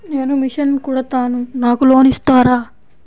నేను మిషన్ కుడతాను నాకు లోన్ ఇస్తారా?